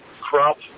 crop